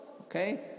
Okay